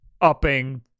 upping